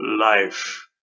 life